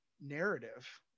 narrative